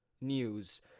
News